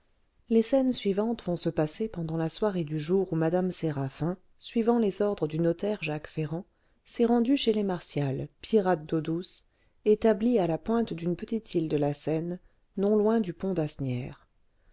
les scènes suivantes vont se passer pendant la soirée du jour où mme séraphin suivant les ordres du notaire jacques ferrand s'est rendue chez les martial pirates d'eau douce établis à la pointe d'une petite île de la seine non loin du pont d'asnières